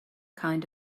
kind